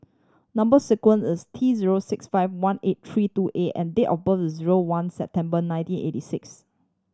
number sequence is T zero six five one eight three two A and date of birth is zero one September nineteen eighty six